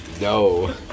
no